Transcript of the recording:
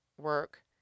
work